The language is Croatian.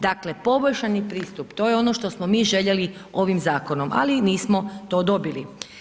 Dakle, poboljšani pristup to je ono što smo mi željeli ovim zakonom, ali nismo to dobili.